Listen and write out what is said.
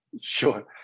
Sure